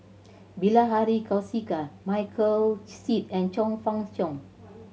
Bilahari Kausikan Michael Seet and Chong Fah Cheong